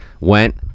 Went